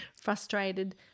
frustrated